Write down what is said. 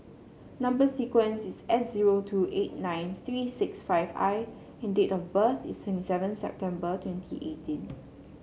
number sequence is S zero two eight nine three six five I and date of birth is twenty seven September twenty eighteen